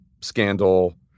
scandal